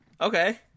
Okay